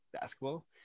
Basketball